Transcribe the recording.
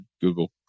Google